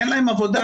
אין להם עבודה,